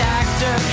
actor